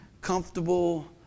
comfortable